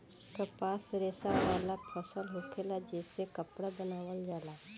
कपास रेशा वाला फसल होखेला जे से कपड़ा बनावल जाला